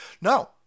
No